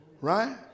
right